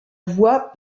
voie